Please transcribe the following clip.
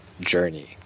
journey